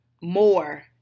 more